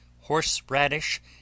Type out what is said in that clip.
horseradish